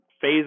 phase